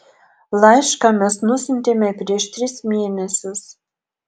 laišką mes nusiuntėme prieš tris mėnesius